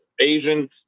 Asian